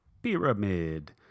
Pyramid